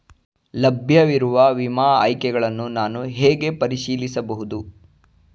ಲಭ್ಯವಿರುವ ವಿಮಾ ಆಯ್ಕೆಗಳನ್ನು ನಾನು ಹೇಗೆ ಪರಿಶೀಲಿಸಬಹುದು?